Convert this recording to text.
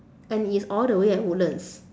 and it's all the way at woodlands